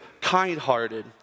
kind-hearted